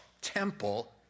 temple